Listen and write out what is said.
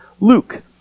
Luke